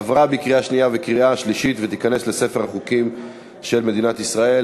עברה בקריאה שנייה ובקריאה שלישית ותיכנס לספר החוקים של מדינת ישראל.